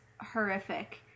horrific